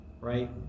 right